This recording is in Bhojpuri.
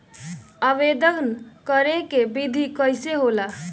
आवेदन करे के विधि कइसे होला?